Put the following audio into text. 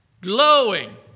glowing